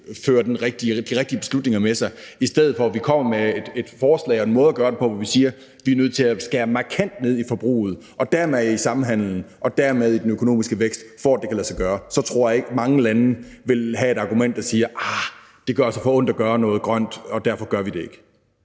føre de rigtige beslutninger med sig, i stedet for at vi kommer med et forslag og en måde at gøre det på, hvor vi siger, at vi er nødt til at skære markant ned på forbruget og dermed på samhandlen og på den økonomiske vækst, for at det kan lade sig gøre. For så tror jeg ikke, at mange lande vælger at have et argument, hvor man siger: Arh, det gør altså for ondt at gøre noget grønt, og derfor gør vi det ikke.